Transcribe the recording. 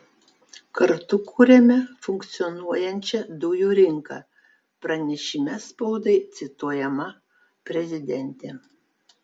kartu kuriame funkcionuojančią dujų rinką pranešime spaudai cituojama prezidentė